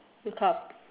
look up